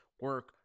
Work